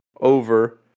over